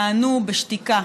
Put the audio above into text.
נענו בשתיקה